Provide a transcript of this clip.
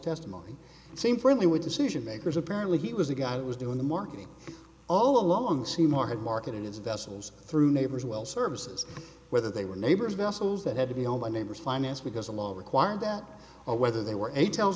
testimony seem friendly with decision makers apparently he was the guy was doing the marketing all along seymour had marketed its vessels through neighbors well services whether they were neighbors vessels that had to be owned by neighbors financed because a lot required that or whether there were any tells